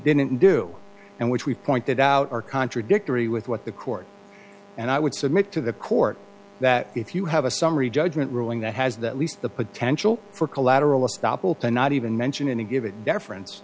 didn't do and which we pointed out are contradictory with what the court and i would submit to the court that if you have a summary judgment ruling that has the at least the potential for collateral estoppel to not even mention in a given deference